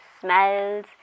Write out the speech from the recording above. smells